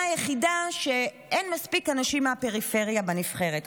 היחידה שאין מספיק אנשים מהפריפריה בנבחרת.